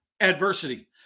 Adversity